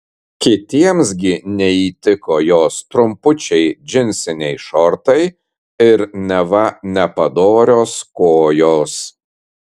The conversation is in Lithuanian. kitiems gi neįtiko jos trumpučiai džinsiniai šortai ir neva nepadorios kojos